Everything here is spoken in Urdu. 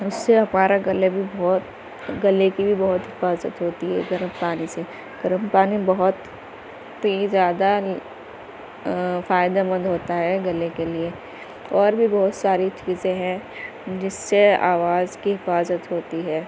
اس سے ہمارا گلا بھی بہت گلے کی بھی بہت حفاظت ہوتی ہے گرم پانی سے گرم پانی بہت تو یہ زیادہ فائدہ مند ہوتا ہے گلے کے لیے اور بھی بہت ساری چیزیں ہیں جس سے آواز کی حفاظت ہوتی ہے